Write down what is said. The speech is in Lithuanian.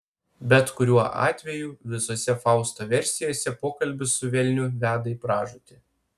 bet kuriuo atveju visose fausto versijose pokalbis su velniu veda į pražūtį